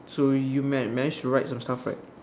so you managed to write some stuff right